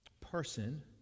person